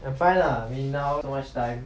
I'm fine lah I mean now not much time